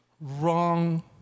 wrong